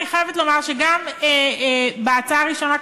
אני חייבת לומר שגם בהצעה הראשונה,